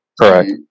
Correct